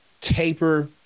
Taper